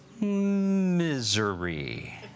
misery